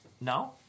No